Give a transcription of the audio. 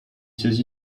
saisi